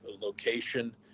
location